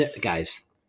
Guys